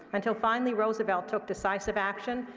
until finally roosevelt took decisive action.